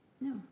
no